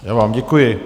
Já vám děkuji.